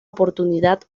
oportunidad